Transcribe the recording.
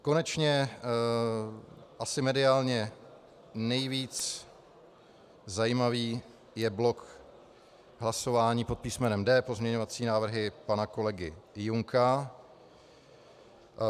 Konečně asi mediálně nejvíc zajímavý je blok hlasování pod písmenem D, pozměňovací návrhy pana kolegy Junka.